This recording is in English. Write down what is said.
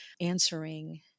answering